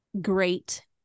great